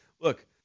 Look